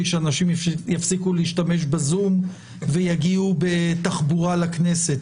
שאנשים יפסיקו להשתמש בזום ויגיעו בתחבורה לכנסת.